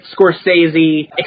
Scorsese